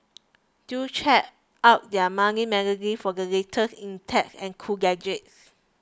do check out their monthly magazine for the latest in tech and cool gadgets